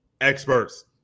experts